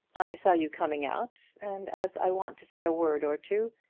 i saw you coming out, and as i want to say a word or two,